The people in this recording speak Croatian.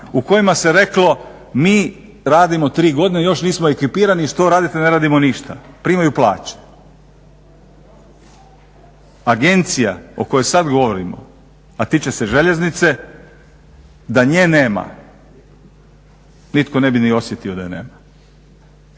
u kojima se reklo mi radimo tri godine još nismo ekipirani, što radite, ne radimo ništa, primaju plaće. Agencija o kojoj sada govorimo, a tiče se željeznice da nje nema nitko ne bi ni osjetio da je nema.